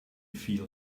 feel